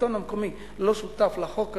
השלטון המקומי לא שותף לחוק הזה,